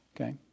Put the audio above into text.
Okay